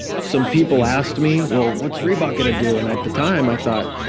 some people asked me, well what's reebok going to do? and, at the time, i thought,